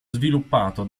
sviluppato